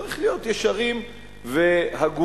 צריך להיות ישרים והגונים,